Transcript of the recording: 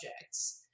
objects